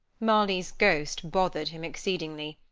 marley's ghost bothered him exceedingly.